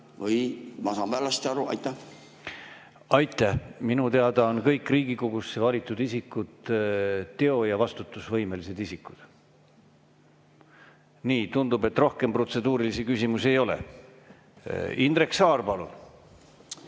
Või ma saan valesti aru? Aitäh! Minu teada on kõik Riigikogusse valitud isikud teo- ja vastutusvõimelised isikud. Nii, tundub, et rohkem protseduurilisi küsimusi ei ole. Indrek Saar,